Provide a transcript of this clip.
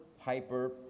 Piper